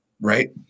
Right